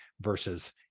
versus